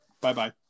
bye-bye